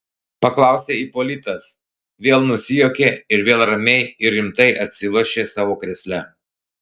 paklausė ipolitas vėl nusijuokė ir vėl ramiai ir rimtai atsilošė savo krėsle